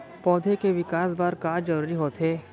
पौधे के विकास बर का का जरूरी होथे?